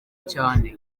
cyane